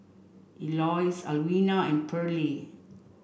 Eloise Alwina and Pearlie